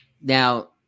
Now